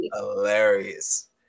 hilarious